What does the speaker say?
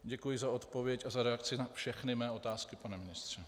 Děkuji za odpověď a za reakci na všechny mé otázky, pane ministře.